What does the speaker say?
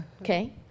okay